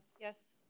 Yes